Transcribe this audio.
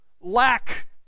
lack